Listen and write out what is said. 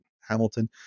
Hamilton